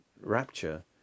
rapture